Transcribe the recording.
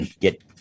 get